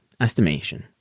estimation